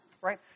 right